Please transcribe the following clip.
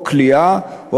או כליאה או